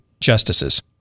justices